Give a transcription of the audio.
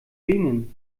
benin